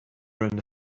and